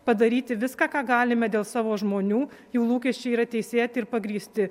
padaryti viską ką galime dėl savo žmonių jų lūkesčiai yra teisėti ir pagrįsti